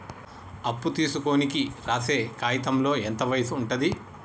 అప్పు తీసుకోనికి రాసే కాయితంలో ఎంత వయసు ఉంటది?